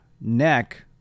neck